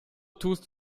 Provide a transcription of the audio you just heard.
tust